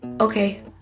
Okay